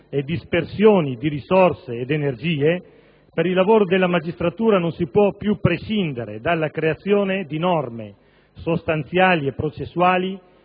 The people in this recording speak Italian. e dispersioni di risorse ed energie, per il lavoro della magistratura non si può più prescindere dalla creazione di norme sostanziali e processuali